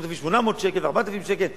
3,800 ו-4,000 שקל.